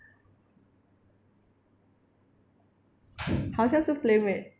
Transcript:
好像是 Playmade